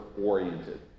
oriented